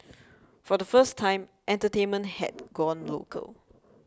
for the first time entertainment had gone local